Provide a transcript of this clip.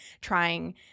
trying